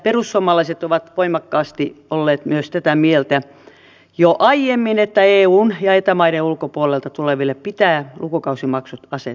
perussuomalaiset ovat voimakkaasti myös olleet tätä mieltä jo aiemmin että eu ja eta maiden ulkopuolelta tuleville pitää lukukausimaksut asettaa